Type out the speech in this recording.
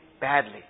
badly